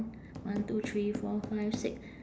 one two three four five six